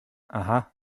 aha